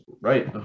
right